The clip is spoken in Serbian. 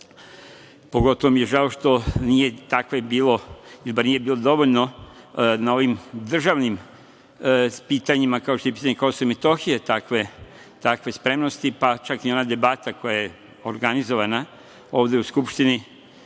Pogotovo mi je žao što nije ili bar nije bilo dovoljno na ovim državnim pitanjima, kao što je pitanje KiM, takve spremnosti, pa čak i ona debata koja je organizovana ovde u Skupštini